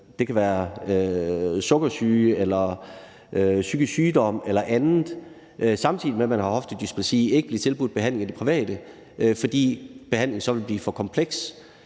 det kan være sukkersyge, psykisk sygdom eller andet – samtidig med at vedkommende har hoftedysplasi, ikke blive tilbudt behandling i det private, fordi behandlingen så vil blive for kompleks.